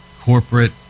corporate